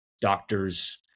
doctors